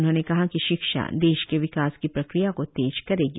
उन्होंने कहा कि शिक्षा देश के विकास की प्रक्रिया को तेज करेगी